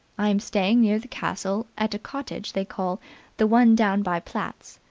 i am staying near the castle at a cottage they call the one down by platt's'.